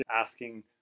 asking